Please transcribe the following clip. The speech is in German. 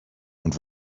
und